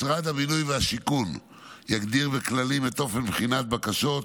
משרד הבינוי והשיכון יגדיר בכללים את אופן בחינת הבקשות,